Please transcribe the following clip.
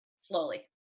slowly